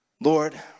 Lord